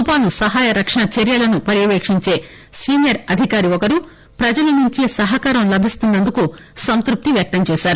తుఫాను సహాయ రక్షణ చర్యలను పర్యవేకించే సీనియర్ అధికారి ఒకరు ప్రజలనుంచి సహకారం లభిస్తున్న ందుకు సంతృప్తి వ్యక్తంచేశారు